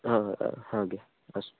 ହଁ ହଁ ଆଜ୍ଞା ଆସ